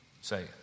Say